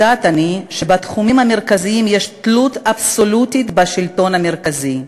יודעת אני שבתחומים המרכזיים יש תלות אבסולוטית בשלטון המרכזי.